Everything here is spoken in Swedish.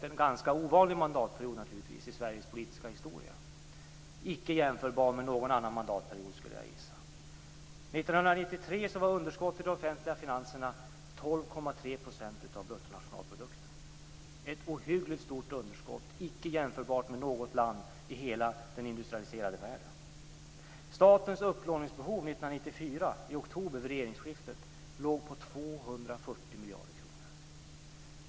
Det har varit en ganska ovanlig mandatperiod i Sveriges politiska historia - icke jämförbar med någon annan mandatperiod, skulle jag gissa. 12,3 % av bruttonationalprodukten - ett ohyggligt stort underskott, icke jämförbart med hur det var i något annat land i hela den industrialiserade världen.